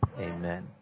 Amen